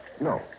No